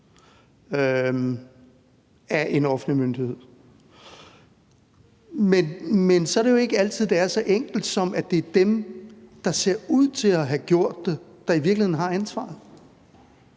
af en offentlig myndighed. Men så er det jo ikke altid, det er så enkelt, som at det er dem, som ser ud til at have gjort det, der i virkeligheden har ansvaret.